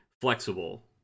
flexible